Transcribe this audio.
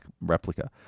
replica